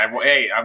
Hey